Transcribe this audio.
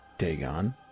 Dagon